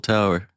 Tower